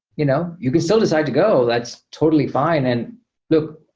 you know you can still decide to go. that's totally fine. and look,